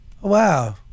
wow